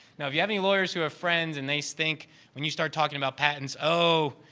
now, if you have any lawyers who are friends and they stink when you start talking about patents. oh,